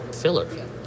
filler